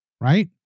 right